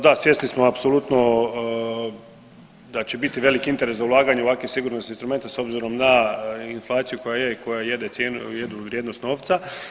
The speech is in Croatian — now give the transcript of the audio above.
Da, svjesni smo apsolutno da će biti veliki interes za ulaganje u ovakve sigurnosne instrumente s obzirom na inflaciju koja je i koja jede cijenu, jedu vrijednost novca.